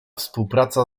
współpraca